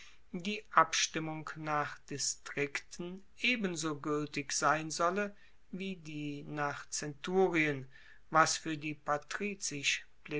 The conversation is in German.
die abstimmung nach distrikten ebenso gueltig sein solle wie die nach zenturien was fuer die